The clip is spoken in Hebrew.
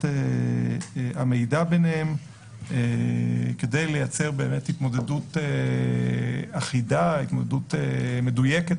המידע ביניהם כדי לייצר התמודדות אחידה או מדויקת,